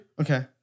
Okay